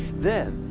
then,